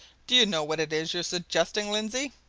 do you know what it is you're suggesting, lindsey?